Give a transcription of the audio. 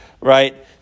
right